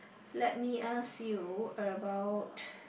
let me ask you about